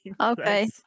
Okay